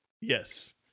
Yes